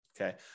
okay